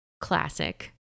Classic